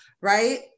right